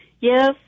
Yes